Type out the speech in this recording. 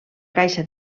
caixa